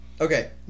okay